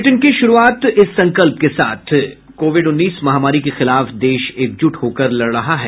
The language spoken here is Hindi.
बुलेटिन की शुरूआत इस संकल्प के साथ कोविड उन्नीस महामारी के खिलाफ देश एकजुट होकर लड़ रहा है